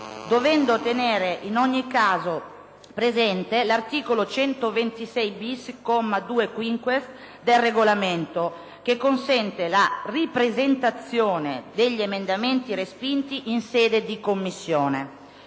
dovendo tenere in ogni caso presente l'articolo 126*‑bis*, comma 2*‑quinques*, del Regolamento, che consente la ripresentazione degli emendamenti respinti in sede di Commissione.